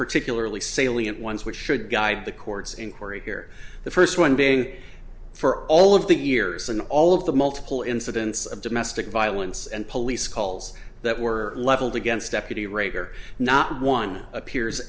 particularly salient ones which should guide the court's inquiry here the first one being for all of the years in all of the multiple incidents of domestic violence and police calls that were leveled against deputy rader not one appears